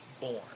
born